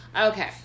Okay